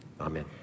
Amen